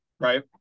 Right